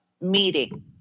meeting